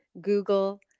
Google